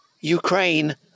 Ukraine